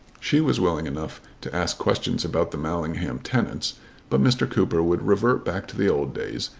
she was willing enough to ask questions about the mallingham tenants but mr. cooper would revert back to the old days,